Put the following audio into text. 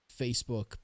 Facebook